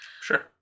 Sure